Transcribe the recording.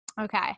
Okay